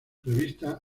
revista